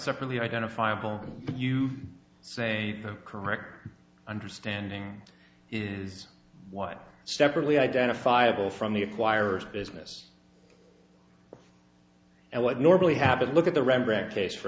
separately identifiable you say the correct understanding is what separately identifiable from the acquirers business and what normally happens look at the